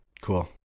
cool